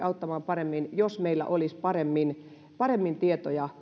hoitamaan paremmin jos meillä olisi paremmin paremmin tietoja